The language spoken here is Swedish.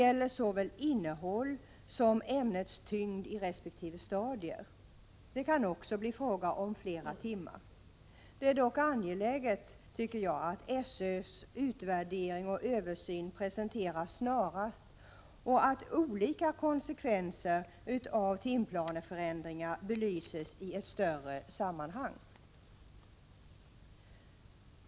Ämnets såväl innehåll som tyngd i resp. stadier bör beaktas. Det kan också bli fråga om fler lektionstimmar. Det är dock angeläget, tycker jag, att SÖ:s utvärdering och översyn presenteras snarast och att olika konsekvenser av timplaneförändringar belyses i ett större sammanhang.